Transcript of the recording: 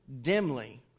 Dimly